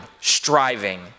striving